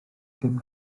dim